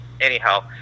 anyhow